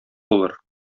булыр